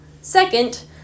Second